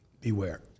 beware